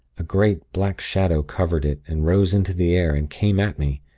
a great, black shadow covered it, and rose into the air, and came at me.